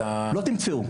אתם לא תמצאו,